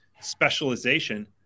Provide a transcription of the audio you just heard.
specialization